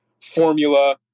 formula